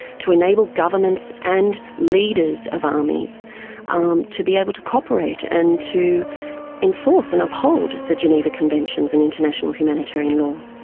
to enable governments and leaders of armies um to be able to co-operate, and to enforce and uphold the geneva conventions and international humanitarian law.